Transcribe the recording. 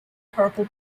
purple